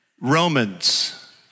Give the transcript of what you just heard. Romans